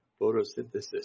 Photosynthesis